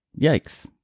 yikes